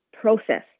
process